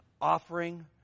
offering